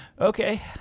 Okay